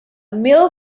mill